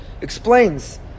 explains